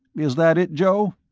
is that it, joe?